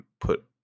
put